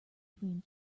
between